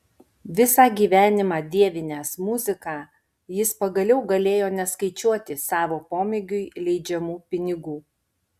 visą gyvenimą dievinęs muziką jis pagaliau galėjo neskaičiuoti savo pomėgiui leidžiamų pinigų